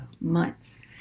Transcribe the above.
Months